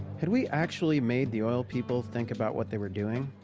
had we actually made the oil people think about what they were doing?